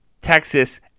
Texas